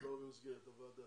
לא במסגרת הוועדה,